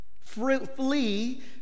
Flee